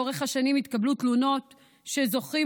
לאורך השנים התקבלו תלונות של זוכים